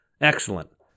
excellent